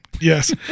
yes